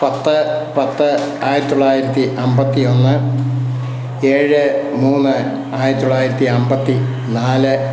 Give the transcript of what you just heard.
പത്ത് പത്ത് ആയിരത്തി തൊള്ളായിരത്തി അമ്പത്തി ഒന്ന് ഏഴ് മൂന്ന് ആയിരത്തി തൊള്ളായിരത്തി അമ്പത്തി നാല്